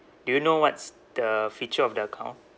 do you know what's the feature of the account